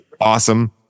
awesome